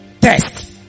test